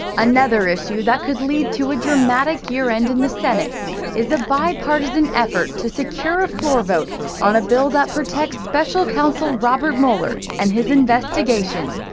another issue that could lead to a dramatic year end in the senate is a bipartisan effort to secure a floor vote on a bill that protects special counsel robert mueller and his investigation.